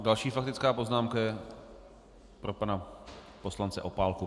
Další faktická poznámka je pro pana poslance Opálku.